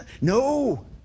No